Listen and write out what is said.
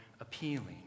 appealing